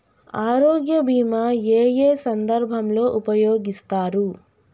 ఆరోగ్య బీమా ఏ ఏ సందర్భంలో ఉపయోగిస్తారు?